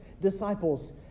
disciples